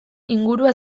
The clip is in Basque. ingurua